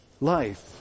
life